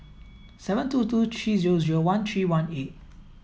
seven two two three zero zero one three one eight